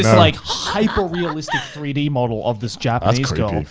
like hyper realistic three d model of this japanese girl.